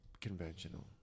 conventional